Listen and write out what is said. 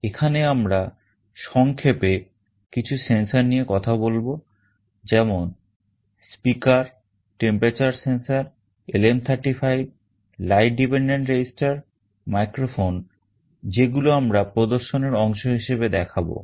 এখানে আমরা সংক্ষেপে কিছু sensor নিয়ে কথা বলব যেমন speaker temperature sensor LM35 light dependent resistor microphone যেগুলো আমরা প্রদর্শনের অংশ হিসেবে দেখাবো